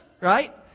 right